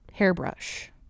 hairbrush